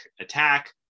attack